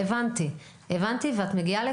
שנייה, אבל עכשיו אני מדברת.